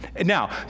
Now